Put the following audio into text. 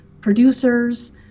producers